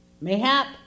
mayhap